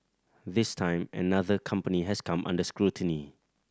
this time another company has come under scrutiny